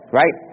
right